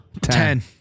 Ten